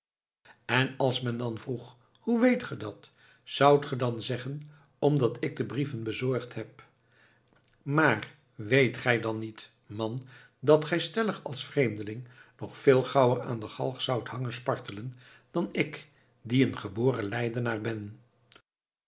en als men dan vroeg hoe weet ge dat zoudt ge dan zeggen omdat ik de brieven bezorgd heb maar weet gij dan niet man dat gij stellig als vreemdeling nog veel gauwer aan de galg zoudt hangen spartelen dan ik die een geboren leidenaar ben